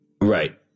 Right